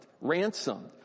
ransomed